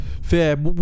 Fair